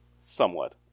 Somewhat